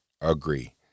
Agree